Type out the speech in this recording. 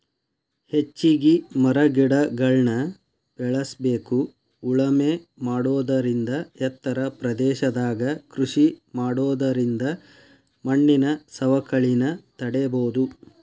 ಹೆಚ್ಚಿಗಿ ಮರಗಿಡಗಳ್ನ ಬೇಳಸ್ಬೇಕು ಉಳಮೆ ಮಾಡೋದರಿಂದ ಎತ್ತರ ಪ್ರದೇಶದಾಗ ಕೃಷಿ ಮಾಡೋದರಿಂದ ಮಣ್ಣಿನ ಸವಕಳಿನ ತಡೇಬೋದು